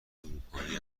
اروپایی